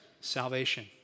Salvation